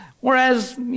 Whereas